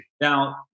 Now